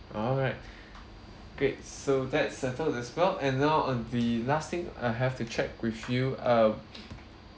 ah alright great so that's settled as well and now on the last thing I have to check with you err